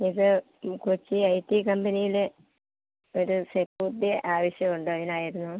ഇത് ഈ Kochi I T കമ്പനിയിൽ ഒരു സെക്യൂരിറ്റിയെ ആവശ്യമുണ്ട് അതിനായിരുന്നു